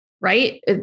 right